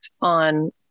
on